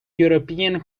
european